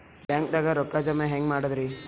ಬ್ಯಾಂಕ್ದಾಗ ರೊಕ್ಕ ಜಮ ಹೆಂಗ್ ಮಾಡದ್ರಿ?